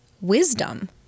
wisdom